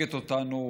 מייצגת אותנו,